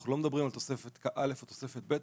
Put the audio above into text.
אנחנו לא מדברים על תוספת א', על תוספת ב'.